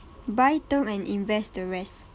buy term and invest the rest